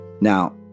Now